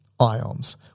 ions